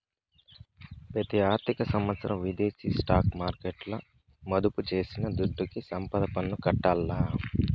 పెతి ఆర్థిక సంవత్సరం విదేశీ స్టాక్ మార్కెట్ల మదుపు చేసిన దుడ్డుకి సంపద పన్ను కట్టాల్ల